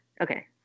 Okay